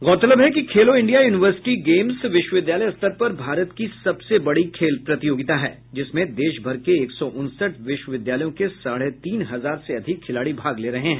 गौरतलब है कि खेलो इंडिया यूनिवर्सिटी गेम्स विश्वविद्यालय स्तर पर भारत की सबसे बड़ी खेल प्रतियोगिता है जिसमें देश भर के एक सौ उनसठ विश्वविद्यालयों के साढ़े तीन हजार से अधिक खिलाड़ी भाग ले रहे हैं